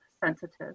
Sensitive